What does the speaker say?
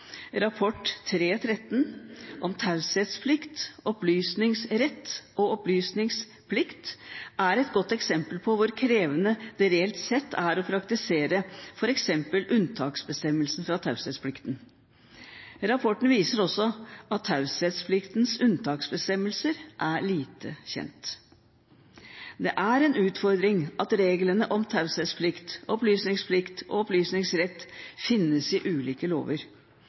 Rapport 3/13 om taushetsplikt, opplysningsrett og opplysningsplikt et godt eksempel på hvor krevende det reelt sett er å praktisere f.eks. bestemmelsen om unntak fra taushetsplikten. Rapporten viser også at taushetspliktens unntaksbestemmelser er lite kjent. Det er en utfordring at reglene om taushetsplikt, opplysningsplikt og opplysningsrett finnes i ulike lover.